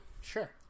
Sure